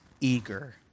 eager